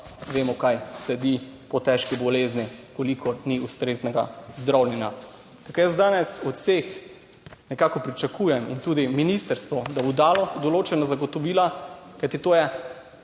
vemo, kaj sledi po težki bolezni, v kolikor ni ustreznega zdravljenja. Tako da jaz danes od vseh nekako pričakujem in tudi ministrstvo, da bo dalo določena zagotovila, kajti to je